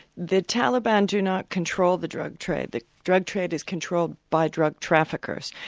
the taliban do not control the drug trade, the drug trade is controlled by drug traffickers,